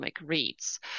reads